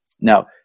Now